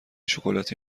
شکلاتی